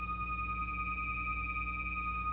er